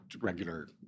regular